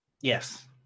Yes